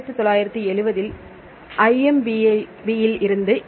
1970 இல் எனவே IBMமில் இருந்து E